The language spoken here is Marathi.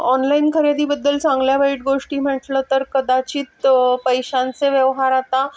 ऑनलाईन खरेदीबद्दल चांगल्या वाईट गोष्टी म्हटलं तर कदाचित पैशांचे व्यवहार आता